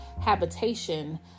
habitation